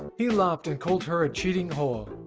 he laughed and called her a cheating whore.